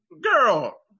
girl